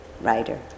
writer